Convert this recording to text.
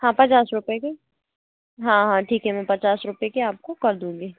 हाँ पचास रुपए के हाँ हाँ ठीक है मैं पचास रुपए के आपको कर दूँगी